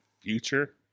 future